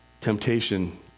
temptation